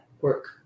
work